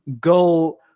go